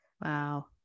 Wow